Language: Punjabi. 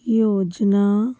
ਯੋਜਨਾ